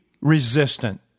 resistant